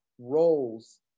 roles